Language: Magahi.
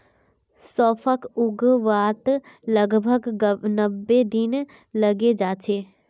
सौंफक उगवात लगभग नब्बे दिन लगे जाच्छे